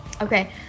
Okay